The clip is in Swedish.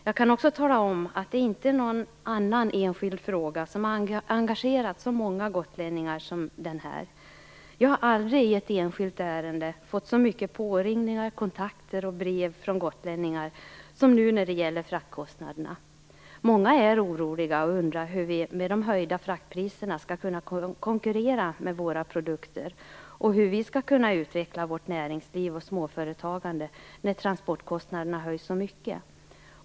Jag kan också tala om att ingen annan enskild fråga har engagerat så många gotlänningar som denna. Jag har aldrig i ett enskilt ärende fått så många påringningar, kontakter och brev från gotlänningar som när det gäller fraktkostnaderna. Många är oroliga och undrar hur vi med de höjda fraktpriserna skall kunna konkurrera med våra produkter och hur vi skall kunna utveckla vårt näringsliv och småföretagande när transportkostnaderna höjs så mycket.